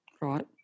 Right